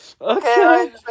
Okay